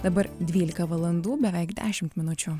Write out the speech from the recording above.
dabar dvylika valandų beveik dešimt minučių